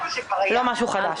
לא משהו חדש.